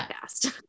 fast